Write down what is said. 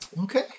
Okay